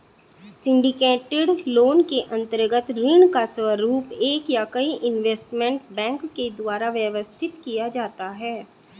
syndicated loan के अंतर्गत ऋण का स्वरूप एक या कई इन्वेस्टमेंट बैंक के द्वारा व्यवस्थित किया जाता है